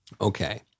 Okay